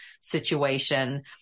situation